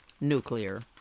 nuclear